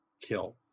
kill